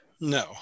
No